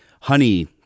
Honey